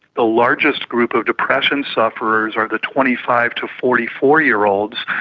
the largest group of depression sufferers are the twenty five to forty four year old's,